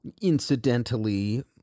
Incidentally